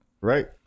right